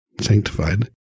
sanctified